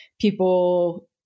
people